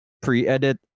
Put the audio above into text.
pre-edit